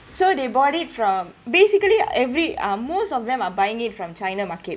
so they bought it from basically every uh most of them are buying it from china market